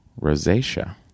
rosacea